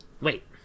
Wait